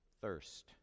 thirst